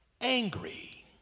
angry